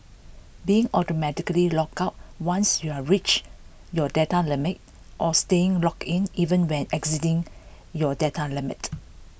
being automatically logged out once you've reached your data limit or staying logged in even when exceeding your data limit